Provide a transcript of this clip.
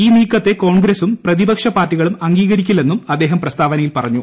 ഈ നീക്കത്തെ കോൺഗ്രസും പ്രതിപക്ഷ പാർട്ടികളും അംഗീകരിക്കില്ലെന്നും അദ്ദേഹം പ്രസ്താവനയിൽ പറഞ്ഞു